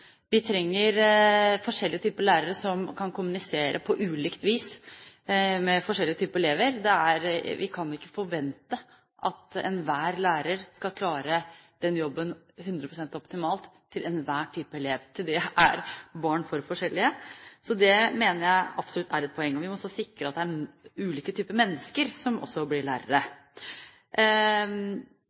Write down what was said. Vi trenger forskjellige typer lærere som kan kommunisere på ulikt vis med forskjellige typer elever. Vi kan ikke forvente at enhver lærer skal klare den jobben 100 pst. optimalt for enhver type elev – til det er barn for forskjellige. Så det mener jeg absolutt er et poeng. Vi må også sikre at det er ulike typer mennesker som blir lærere.